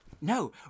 No